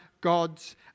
gods